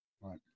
Right